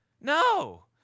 No